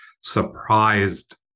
surprised